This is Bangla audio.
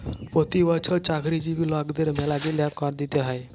পতি বচ্ছর চাকরিজীবি লকদের ম্যালাগিলা কর দিতে হ্যয়